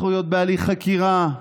זכויות בהליך חקירה,